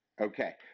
Okay